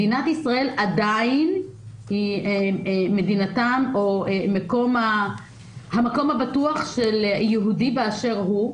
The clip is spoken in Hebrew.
אבל מדינת ישראל היא עדיין המקום הבטוח של יהודי באשר הוא,